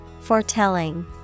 Foretelling